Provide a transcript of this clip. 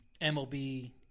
MLB